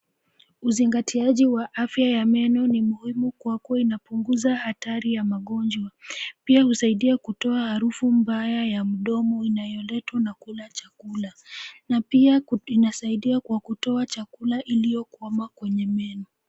Uzingatiaji wa afya ya meno ni muhimu kwa kuwa, inapunguza hatari ya magonjwa, pia husaidia kutoa harufu mbaya ya mdomo inayoletwa na kula chakula, na pia inasaidia kwa kutoa chakula iliyokwama kwenye meno.